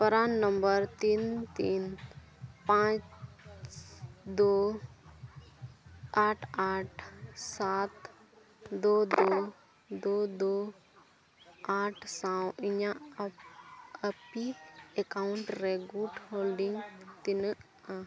ᱯᱨᱟᱱ number ᱛᱤᱱ ᱛᱤᱱ ᱯᱟᱸᱪ ᱫᱩ ᱟᱴ ᱟᱴ ᱥᱟᱛ ᱫᱩ ᱫᱩ ᱫᱩ ᱫᱩ ᱟᱴ ᱥᱟᱶ ᱤᱧᱟᱹᱜ ᱮᱯᱤ ᱮᱠᱟᱣᱩᱱᱴ ᱨᱮ ᱜᱩᱰ ᱦᱳᱞᱰᱤᱝ ᱛᱤᱱᱟᱹᱜᱼᱟ